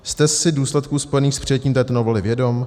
Jste si důsledků spojených s přijetím této novely vědom?